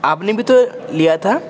آپ نے بھی تو لیا تھا